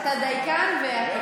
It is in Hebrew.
שאתה דייקן והכול